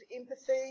empathy